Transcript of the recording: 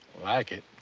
like it?